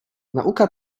nauka